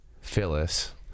Phyllis